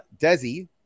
Desi